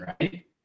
right